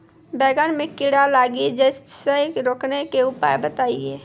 बैंगन मे कीड़ा लागि जैसे रोकने के उपाय बताइए?